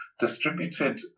Distributed